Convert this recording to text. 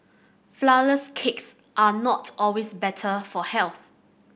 flourless cakes are not always better for health